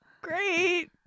Great